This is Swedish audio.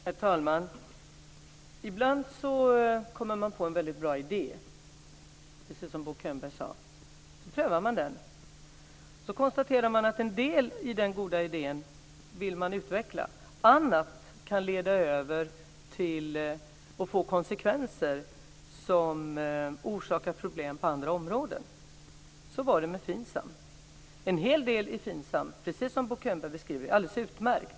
Herr talman! Ibland kommer man på en väldigt bra idé, precis som Bo Könberg sade. Man prövar den. Så konstaterar man att en del i den goda idén vill man utveckla. Annat kan leda till konsekvenser som orsakar problem på andra områden. Så var det med FINSAM. En hel del i FINSAM är, precis som Bo Könberg beskriver det, alldeles utmärkt.